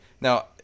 Now